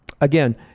Again